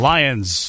Lions